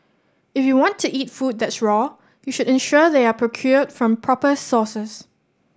if you want to eat food that's raw you should ensure they are procured from proper sources